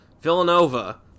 Villanova